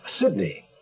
Sydney